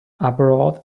abroad